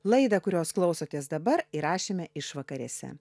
laidą kurios klausotės dabar įrašėme išvakarėse